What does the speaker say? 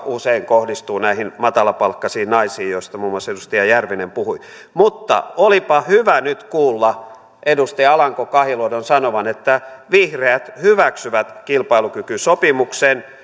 usein kohdistuu näihin matalapalkkaisiin naisiin joista muun muassa edustaja järvinen puhui mutta olipa hyvä nyt kuulla edustaja alanko kahiluodon sanovan että vihreät hyväksyvät kilpailukykysopimuksen